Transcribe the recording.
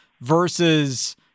versus